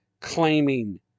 claiming